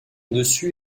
dessus